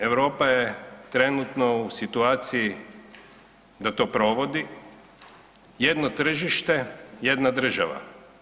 Europa je trenutno u situaciji da to provodi, jedno tržište, jedna država.